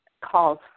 calls